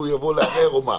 והוא יבוא לערער וכו'.